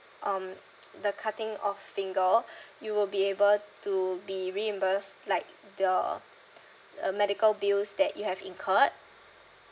um the cutting of finger you will be able to be reimbursed like the uh medical bills that you have incurred